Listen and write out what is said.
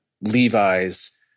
Levi's